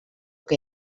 que